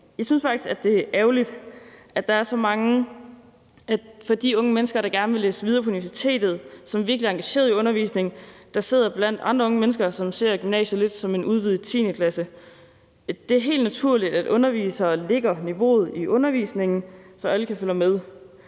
Jeg synes faktisk, det er ærgerligt for de unge mennesker, der gerne vil læse videre på universitetet, og som virkelig er engagerede i undervisningen og sidder blandt andre unge mennesker, som ser gymnasiet lidt som en udvidet 10. klasse. Det er helt naturligt, at undervisere lægger niveauet i undervisningen, så alle kan følge med.